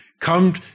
come